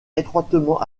étroitement